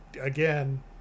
again